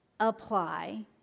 Apply